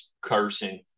cursing